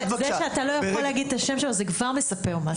זה שאתה לא יכול להגיד את השם שלו זה כבר מספר משהו.